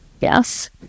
Yes